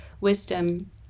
wisdom